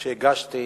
כשהגשתי,